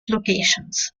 locations